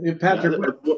Patrick